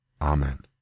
Amen